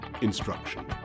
instruction